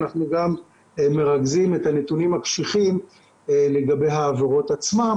אנחנו גם מרכזים את הנתונים הקשיחים לגבי העבירות עצמן,